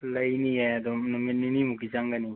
ꯂꯩꯅꯤꯌꯦ ꯑꯗꯣ ꯅꯨꯃꯤꯠ ꯅꯤꯅꯤꯃꯨꯛꯇꯤ ꯆꯪꯒꯅꯤ